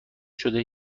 شده